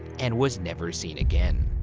and was never seen again.